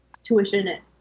tuition